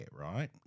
right